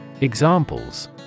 Examples